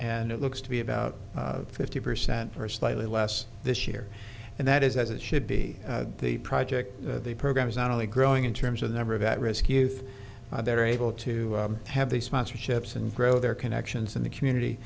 and it looks to be about fifty percent for slightly less this year and that is as it should be the project the program is not only growing in terms of the number of at risk youth they're able to have these sponsorships and grow their connections in the community